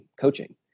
coaching